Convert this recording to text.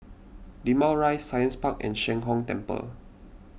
Limau Rise Science Park and Sheng Hong Temple